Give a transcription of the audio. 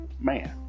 man